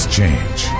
change